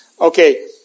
Okay